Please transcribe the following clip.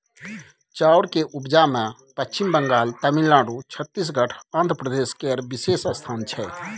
चाउर के उपजा मे पच्छिम बंगाल, तमिलनाडु, छत्तीसगढ़, आंध्र प्रदेश केर विशेष स्थान छै